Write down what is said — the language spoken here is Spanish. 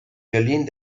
violín